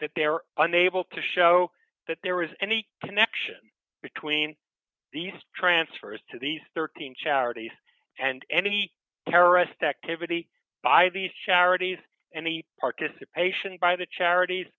that they're unable to show that there was any connection between these transfers to these thirteen charities and any terrorist activity by the charities and the participation by the charities